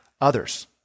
others